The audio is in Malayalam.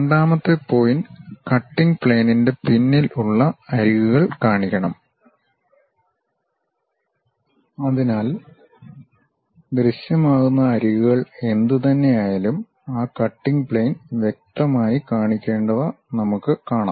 രണ്ടാമത്തെ പോയിന്റ് കട്ടിംഗ് പ്ലെയിനിൻെറ പിന്നിൽ ഉള്ള അരികുകൾ കാണിക്കണം അതിനാൽ ദൃശ്യമാകുന്ന അരികുകൾ എന്തുതന്നെയായാലും ആ കട്ടിംഗ് പ്ലെയിൻ വ്യക്തമായി കാണിക്കേണ്ടവ നമുക്ക് കാണാം